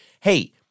Hey